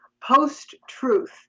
post-truth